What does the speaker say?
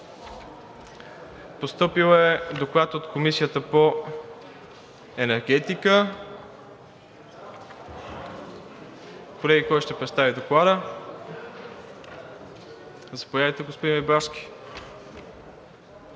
Постъпил е Доклад от Комисията по енергетика. Колеги, кой ще представи Доклада? Заповядайте, господин Рибарски.